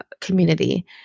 community